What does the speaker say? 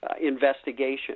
investigation